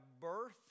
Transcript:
birth